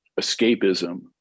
escapism